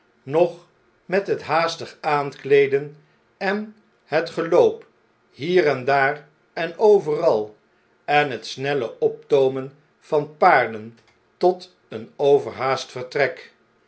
noch met het haastig aankleeden en het geloop hier en daar en overal en het snelle optoomen van paarden tot een overhaast vertrek